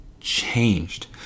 changed